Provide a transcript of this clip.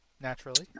Naturally